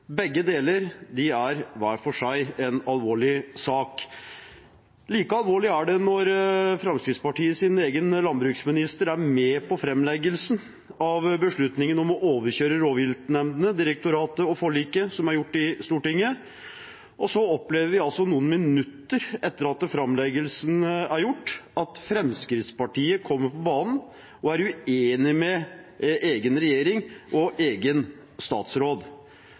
Begge deler er hver for seg en alvorlig sak. Like alvorlig er det når Fremskrittspartiets egen landbruksminister er med på framleggelsen av beslutningen om å overkjøre rovviltnemndene, direktoratet og forliket som er gjort i Stortinget. Så opplever vi altså noen minutter etter at framleggelsen er gjort, at Fremskrittspartiet kommer på banen og er uenig med egen regjering og egen statsråd.